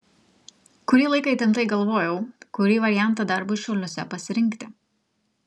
kurį laiką įtemptai galvojau kurį variantą darbui šiauliuose pasirinkti